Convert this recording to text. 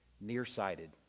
Nearsighted